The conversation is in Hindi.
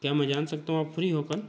क्या मैं जान सकता हूँ आप फ़्री हो कल